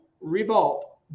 revolt